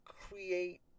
create